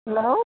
hello